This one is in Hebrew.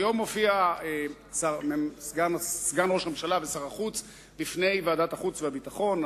היום הופיע סגן ראש הממשלה ושר החוץ בפני ועדת החוץ והביטחון.